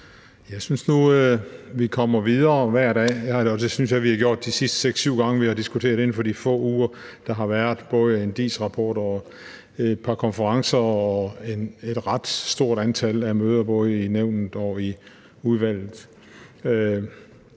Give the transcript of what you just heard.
Jeg synes nu, at vi kommer videre hver dag, og det synes jeg at vi er kommet de sidste 6-7 gange, vi har diskuteret det, inden for de få uger, der har været: både i forbindelse med en DIIS-rapport, et par konferencer og et ret stort antal møder i både Nævnet og udvalget.